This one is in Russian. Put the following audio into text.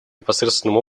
непосредственным